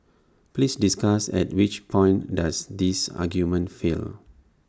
please discuss at which point does this argument fail